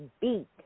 Beat